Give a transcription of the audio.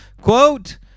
quote